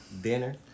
dinner